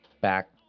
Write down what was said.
back